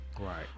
Right